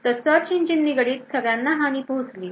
तर search engine निगडीत सगळ्यांना हानी पोहोचली